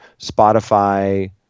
Spotify